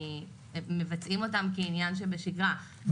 הם מבצעים אותם כעניין שבשגרה,